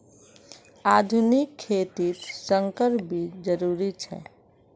आधुनिक खेतित संकर बीज जरुरी छे